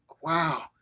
wow